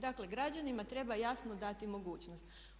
Dakle, građanima treba jasno dati mogućnost.